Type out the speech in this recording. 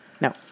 No